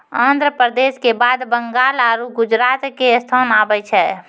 आन्ध्र प्रदेश के बाद बंगाल आरु गुजरात के स्थान आबै छै